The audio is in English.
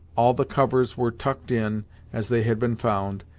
all the covers were tucked in as they had been found,